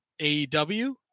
AEW